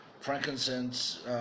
frankincense